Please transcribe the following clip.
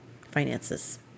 finances